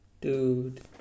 Dude